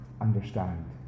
understand